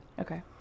Okay